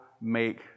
make